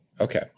Okay